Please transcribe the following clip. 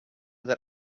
that